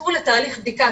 צאו לתהליך בדיקה,